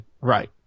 Right